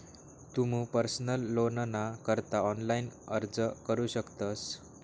तुमू पर्सनल लोनना करता ऑनलाइन अर्ज करू शकतस